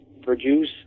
produce